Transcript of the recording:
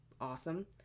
awesome